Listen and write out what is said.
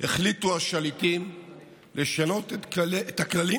החליטו השליטים לשנות את הכללים